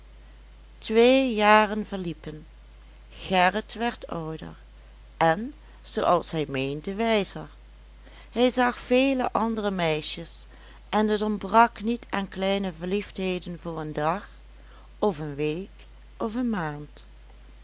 twee jaren verliepen gerrit werd ouder en zooals hij meende wijzer hij zag vele andere meisjes en het ontbrak niet aan kleine verliefdheden voor een dag of een week of een maand